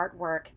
artwork